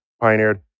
pioneered